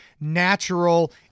natural